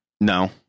No